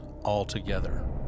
altogether